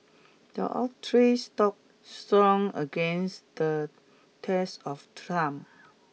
the oak tree stood strong against the test of time